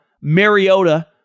Mariota